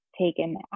taken